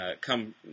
come